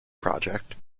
project